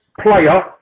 player